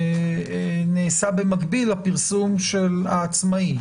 נעשה במקביל הפרסום של העצמאי.